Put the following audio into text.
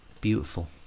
beautiful